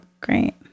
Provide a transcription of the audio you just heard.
great